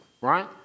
right